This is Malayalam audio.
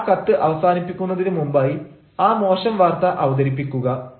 നിങ്ങൾ ആ കത്ത് അവസാനിപ്പിക്കുന്നതിന് മുമ്പായി ആ മോശം വാർത്ത അവതരിപ്പിക്കുക